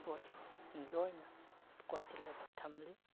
ꯏꯁꯄꯣꯔꯠꯅ ꯂꯣꯏꯅ ꯀꯣꯟꯁꯤꯜꯂꯒ ꯊꯝꯂꯤ